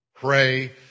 Pray